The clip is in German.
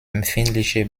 empfindliche